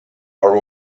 are